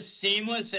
seamless